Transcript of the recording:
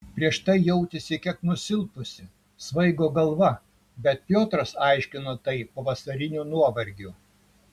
prieš tai jautėsi kiek nusilpusi svaigo galva bet piotras aiškino tai pavasariniu nuovargiu